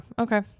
Okay